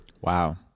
Wow